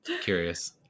Curious